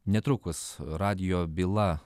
netrukus radijo byla